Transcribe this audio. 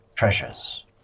Treasures